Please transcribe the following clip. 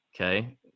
Okay